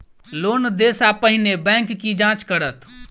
Loan देय सा पहिने बैंक की जाँच करत?